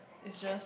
it's just